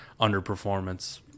underperformance